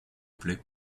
plait